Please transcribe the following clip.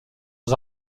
aux